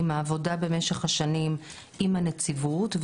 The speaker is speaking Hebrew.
עם העבודה במשך השנים עם הנציבות,